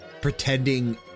pretending